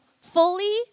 fully